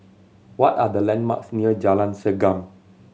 what are the landmarks near Jalan Segam